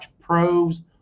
Pro's